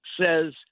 says